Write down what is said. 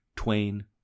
Twain